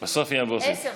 עשר.